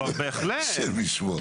השם ישמור.